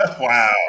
Wow